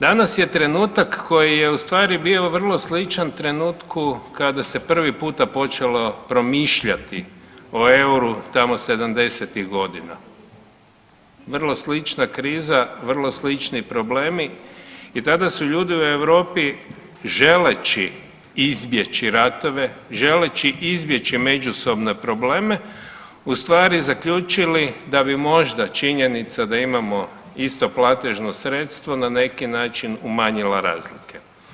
Danas je trenutak koji je ustvari bio vrlo sličan trenutku kada se prvi puta počelo promišljati o EUR-u tamo '70.-ih godina, vrlo slična kriza, vrlo slični problemi i tada su ljudi u Europi želeći izbjeći ratove, želeći izbjeći međusobne probleme ustvari zaključili da bi možda činjenica da imamo isto platežno sredstvo na neki način umanjila razlike.